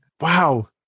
wow